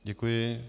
Děkuji.